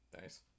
Nice